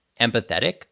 empathetic